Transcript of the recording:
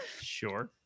Sure